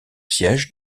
siège